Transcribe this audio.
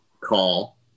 call